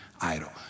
idol